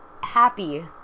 happy